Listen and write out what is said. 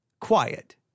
quiet